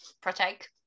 protect